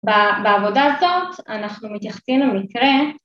בעבודה הזאת אנחנו מתייחסים למקרה